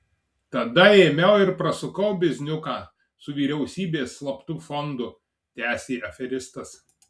tada ėmiau ir prasukau bizniuką su vyriausybės slaptu fondu tęsė aferistas